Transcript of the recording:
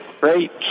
great